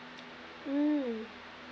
mm